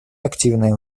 активное